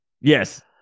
yes